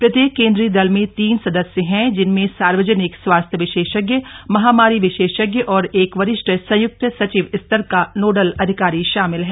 प्रत्येक केंद्रीय दल में तीन सदस्य हैं जिनमें सार्वजनिक स्वास्थ्य विशेषज्ञ महामारी विशेषज्ञ और एक वरिष्ठ संय्क्त सचिव स्तर का नोडल अधिकारी शामिल हैं